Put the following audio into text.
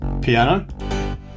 piano